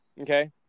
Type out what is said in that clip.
Okay